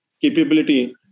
capability